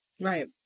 Right